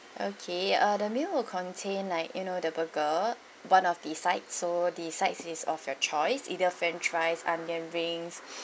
okay uh the meal will contain like you know the burger one of the sides so the sides is of your choice either french fries onion rings